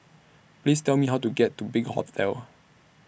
Please Tell Me How to get to Big Hotel